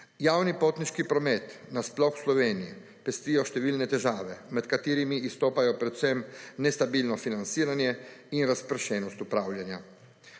Javni potniški promet nasploh v Sloveniji pestijo številne težave, med katerimi izstopajo predvsem nestabilno financiranje in razpršenost upravljanja.